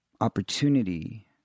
opportunity